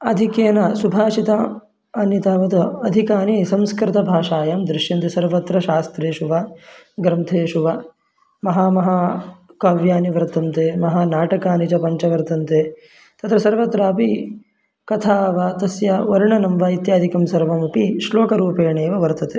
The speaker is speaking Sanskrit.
अधिकेन सुभाषितानि तावत् अधिकानि संस्कृतभाषायां दृश्यन्ते सर्वत्र शास्त्रेषु वा ग्रन्थेषु वा महामहाकव्यानि वर्तन्ते महानाटकानि च पञ्च वर्तन्ते तत्र सर्वत्रापि कथा वा तस्य वर्णनं वा इत्यादिकं सर्वमपि श्लोकरूपेणैव वर्तते